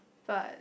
but